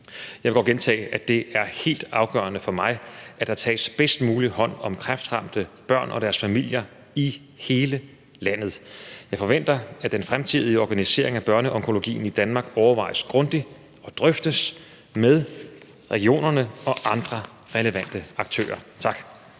Jeg vil godt gentage, at det er helt afgørende for mig, at der tages bedst muligt hånd om kræftramte børn og deres familier i hele landet. Jeg forventer, at den fremtidige organisering af børneonkologien i Danmark overvejes grundigt og drøftes med regionerne og andre relevante aktører. Tak.